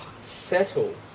settle